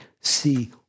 see